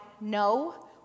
no